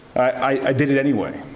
i did it anyway.